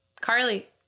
Carly